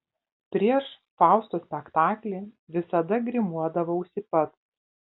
prieš fausto spektaklį visada grimuodavausi pats